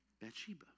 Bathsheba